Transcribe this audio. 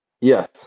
Yes